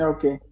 Okay